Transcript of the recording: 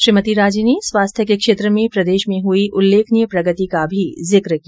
उन्होंने स्वास्थ्य के क्षेत्र में प्रदेश में हुई उल्लेखनीय प्रगति का भी जिक किया